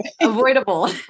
avoidable